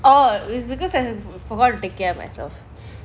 oh is because I have forgot to take care of myself